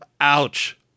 Ouch